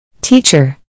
Teacher